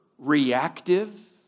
Reactive